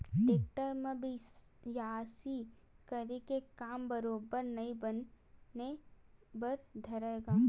tractor म बियासी करे के काम बरोबर नइ बने बर धरय गा